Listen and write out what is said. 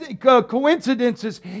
coincidences